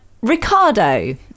ricardo